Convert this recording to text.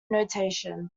notation